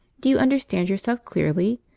do you understand yourself clearly?